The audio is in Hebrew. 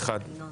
הצבעה